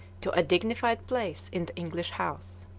to a dignified place in the english house.